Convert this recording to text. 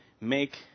make